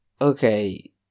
Okay